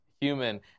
human